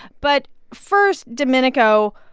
but first, domenico,